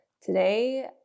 today